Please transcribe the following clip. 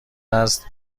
است